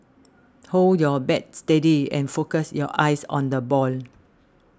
hold your bat steady and focus your eyes on the ball